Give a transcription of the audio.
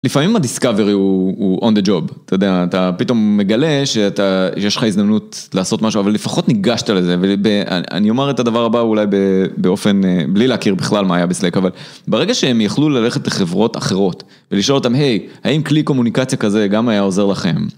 לפעמים ה-discovery הוא on the job, אתה יודע, אתה פתאום מגלה שיש לך הזדמנות לעשות משהו, אבל לפחות ניגשת לזה ואני אומר את הדבר הבא אולי באופן, בלי להכיר בכלל מה היה בסלק, אבל ברגע שהם יכלו ללכת לחברות אחרות ולשאול אותם, היי, האם כלי קומוניקציה כזה גם היה עוזר לכם.